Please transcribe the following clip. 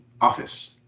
office